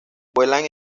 vuelan